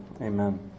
Amen